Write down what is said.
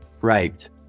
raped